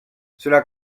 cela